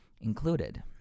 included